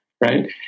right